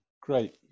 great